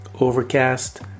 Overcast